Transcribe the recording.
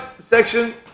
section